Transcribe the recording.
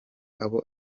abo